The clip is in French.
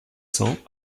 cents